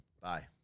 Bye